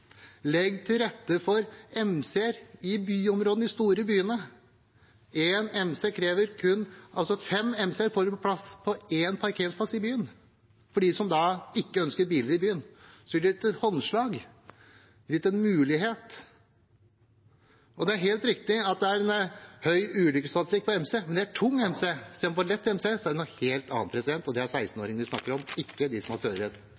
Fem MC-er får plass på én parkeringsplass i byen. For dem som ikke ønsker biler i byen, er dette et håndslag, de er gitt en mulighet. Det er helt riktig at det er en høy ulykkesstatistikk for MC, men det gjelder tung MC. For lett MC er det noe helt annet, og det er 16-åringer vi snakker om, ikke de som har